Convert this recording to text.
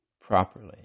properly